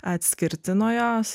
atskirti nuo jos